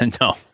No